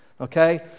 Okay